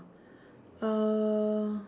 uh